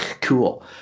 cool